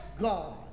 God